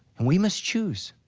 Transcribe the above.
and we must choose,